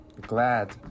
glad